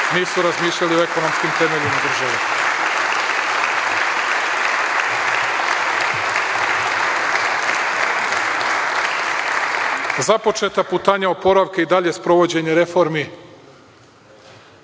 nisu razmišljali o ekonomskim temeljima države. Započeta putanja oporavka i dalje sprovođenje reformi